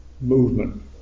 movement